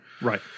Right